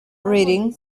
reading